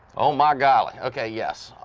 oh my golly ok yes.